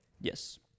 yes